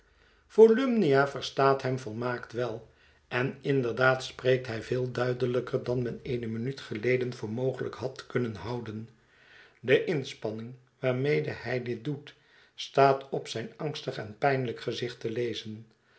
volumnia verstaat hem volmaakt wel en inderdaad spreekt hij veel duidelijker dan men eene minuut geleden voor mogelijk had kunnen houden de inspanning waarmede hij dit doet staat op zijn angstig en pijnlijk gezicht te lezen